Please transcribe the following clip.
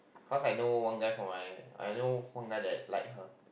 cause I know one guy from my I know one guy that like her